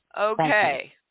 Okay